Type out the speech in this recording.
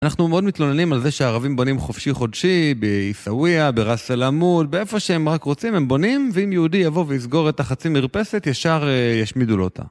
אנחנו מאוד מתלוננים על זה שהערבים בונים חופשי חודשי, בעיסאוויה, בראס אל-עאמוד, באיפה שהם רק רוצים הם בונים, ואם יהודי יבוא ויסגור את החצי מרפסת ישר ישמידו לו אותה.